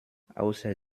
außer